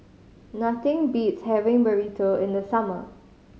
nothing beats having Burrito in the summer